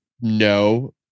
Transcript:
No